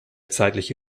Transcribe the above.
zeitliche